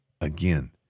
again